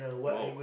!wow!